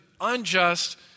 unjust